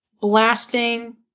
blasting